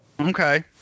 Okay